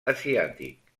asiàtic